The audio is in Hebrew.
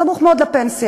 סמוך מאוד לפנסיה,